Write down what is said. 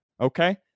Okay